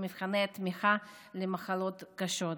מבחני התמיכה לגבי מחלות קשות.